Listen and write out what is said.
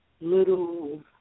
little